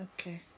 Okay